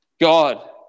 God